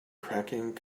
cracking